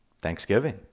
Thanksgiving